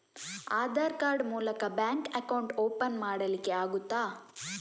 Aadhaar card ಮೂಲಕ bank account open ಮಾಡಲಿಕ್ಕೆ ಆಗುತಾ?